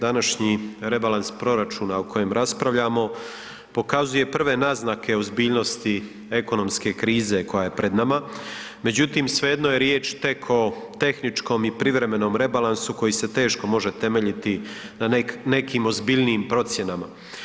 Današnji rebalans proračuna o kojem raspravljamo pokazuje prve naznake ozbiljnosti ekonomske krize koja je pred nama, međutim svejedno je riječ tek o tehničkom i privremenom rebalansu koji se teško može temeljiti na nekim ozbiljnijim procjenama.